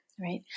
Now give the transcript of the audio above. Right